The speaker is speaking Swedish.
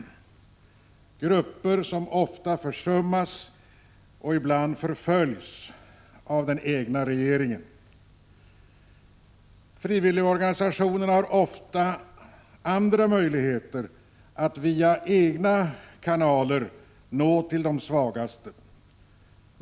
1985/86:117 som ofta försummas och som ibland förföljs av den egna regeringen. 16 april 1986 Frivilligorganisationerna har ofta möjligheter att via egna kanaler nå fram till ä ; ä å å Internationellt de svagaste.